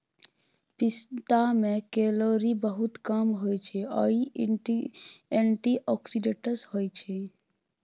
पिस्ता मे केलौरी बहुत कम होइ छै आ इ एंटीआक्सीडेंट्स होइ छै